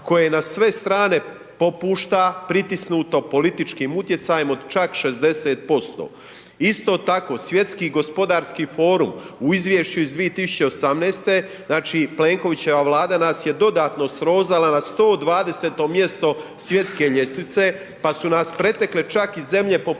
koja je na sve strane popušta, protisnuto političkim utjecajem od čak 60%. Isto tako svjetski gospodarski forum u izvješću od 2018. znači Plenkovićeva vlada nas je dodatno srozala na 120 mjesto svjetske ljestvice, pa su nas pretekle čak i zemlje poput